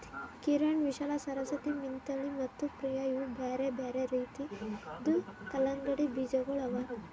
ಕಿರಣ್, ವಿಶಾಲಾ, ಸರಸ್ವತಿ, ಮಿಥಿಳಿ ಮತ್ತ ಪ್ರಿಯ ಇವು ಬ್ಯಾರೆ ಬ್ಯಾರೆ ರೀತಿದು ಕಲಂಗಡಿ ಬೀಜಗೊಳ್ ಅವಾ